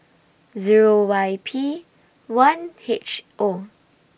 Zero Y P one H O